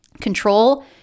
Control